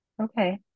Okay